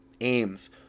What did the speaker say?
AIMS